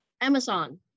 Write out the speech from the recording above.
Amazon